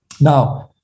Now